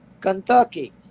Kentucky